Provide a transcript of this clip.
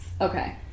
Okay